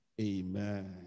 Amen